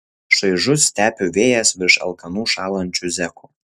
šaižus stepių vėjas virš alkanų šąlančių zekų